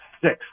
Six